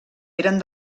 eren